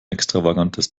extravagantes